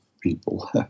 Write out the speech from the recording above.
people